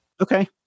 Okay